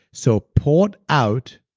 so port out,